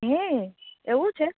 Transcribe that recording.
હે એવુંછે